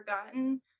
forgotten